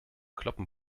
kloppen